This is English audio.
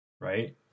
Right